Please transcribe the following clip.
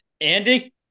Andy